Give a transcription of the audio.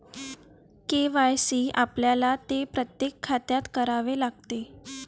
KYC आपल्याला ते प्रत्येक खात्यात करावे लागते